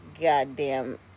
goddamn